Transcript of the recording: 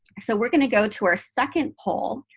so we're going to go to our second poll.